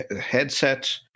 headset